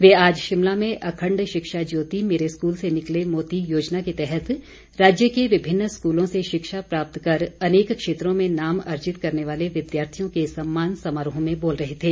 वे आज शिमला में अखण्ड शिक्षा ज्योति मेरे स्कूल से निकले मोती योजना के तहत राज्य के विभिन्न स्कूलों से शिक्षा प्राप्त कर अनेक क्षेत्रों में नाम अर्जित करने वाले विद्यार्थियों के सम्मान समारोह में बोल रहे थे